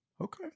Okay